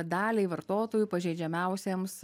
daliai vartotojų pažeidžiamiausiems